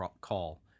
call